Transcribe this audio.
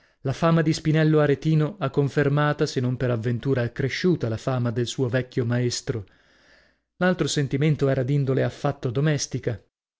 la fama di spinello aretino ha confermata se non per avventura accresciuta la fama del suo vecchio maestro l'altro sentimento era d'indole affatto domestica